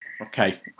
Okay